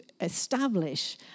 establish